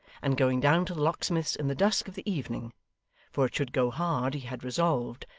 and going down to the locksmith's in the dusk of the evening for it should go hard, he had resolved,